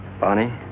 Bonnie